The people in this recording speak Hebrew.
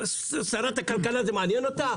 שרת הכלכלה, זה מעניין אותה?